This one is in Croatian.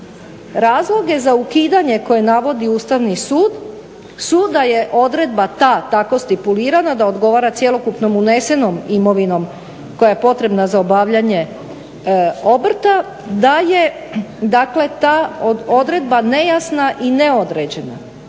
Razloge za ukidanje koje navodi Ustavni sud, …/Govornik se ne razumije./… je odredba ta tako stipulirana da odgovara cjelokupnom unesenom imovinom koja je potrebna za obavljanje obrta da je dakle ta odredba nejasna i neodređena.